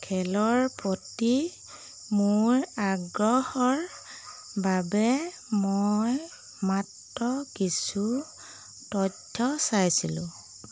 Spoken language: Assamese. খেলৰ প্ৰতি মোৰ আগ্ৰহৰ বাবে মই মাত্ৰ কিছু তথ্য চাইছিলোঁ